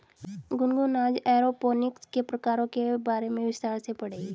गुनगुन आज एरोपोनिक्स के प्रकारों के बारे में विस्तार से पढ़ेगी